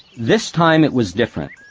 this time, it was different.